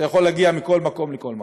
אתה יכול להגיד מכל מקום לכל מקום.